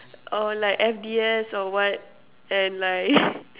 or like F_D_S or what and like